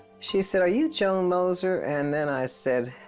she said, are you joan moser? and then i said,